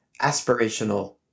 aspirational